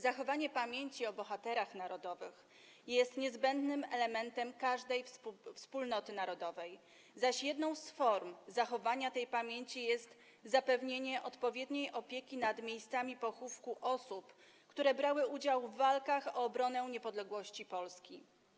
Zachowanie pamięci o bohaterach narodowych jest niezbędnym elementem każdej wspólnoty narodowej, zaś jedną z form zachowania tej pamięci jest zapewnienie odpowiedniej opieki nad miejscami pochówku osób, które brały udział w walkach o obronę niepodległości Polski.